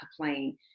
complain